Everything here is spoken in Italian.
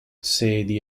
sedi